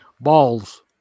Balls